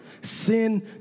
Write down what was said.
Sin